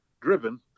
driven